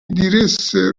diresse